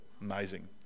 Amazing